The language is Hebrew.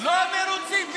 לא מרוצים.